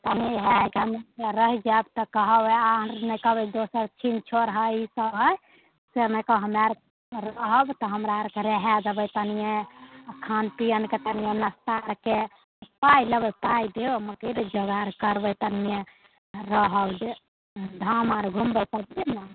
रहि जायब तऽ ई सब है से नहि तऽ हमरा आरके रहब तऽ हमरा आरके रहय देबै तनिये खान पियनके तनिये नास्ता आरके पाइ लेबै पाइ देब जोगार करबै तनिये रहऽ देब धाम आर घुमबै तबे ने